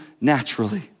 naturally